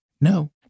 No